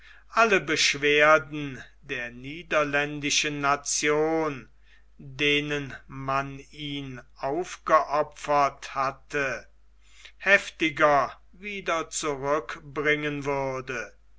alle beschwerden der niederländischen nation denen man ihn aufgeopfert hatte heftiger wieder zurückbringen würde